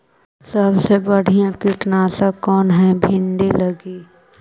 सबसे बढ़िया कित्नासक कौन है भिन्डी लगी?